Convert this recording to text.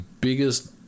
biggest